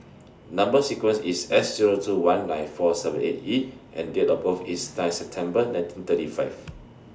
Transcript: Number sequence IS S Zero two one nine four seven eight E and Date of birth IS nine September nineteen thirty five